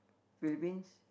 Philippines